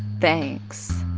thanks.